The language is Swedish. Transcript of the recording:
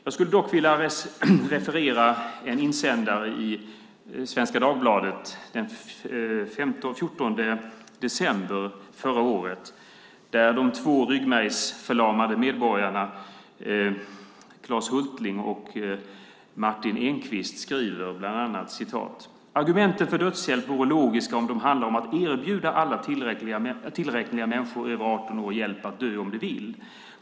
Jag skulle dock vilja referera en insändare i Svenska Dagbladet den 14 december förra året, där de två ryggmärgsförlamade medborgarna Claes Hultling och Martin Engqvist bland annat skriver: Argumenten för dödshjälp vore logiska om de handlar om att erbjuda alla tillräkneliga människor över 18 år hjälp att dö om de vill.